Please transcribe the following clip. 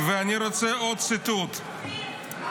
ואני רוצה עוד ציטוט מיגאל